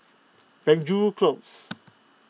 Penjuru Close